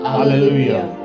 Hallelujah